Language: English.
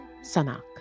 Sanak